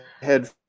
head